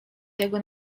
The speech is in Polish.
tego